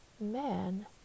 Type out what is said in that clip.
man